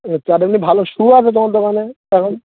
আচ্ছা আর এমনি ভালো শু আছে তোমার দোকানে এখন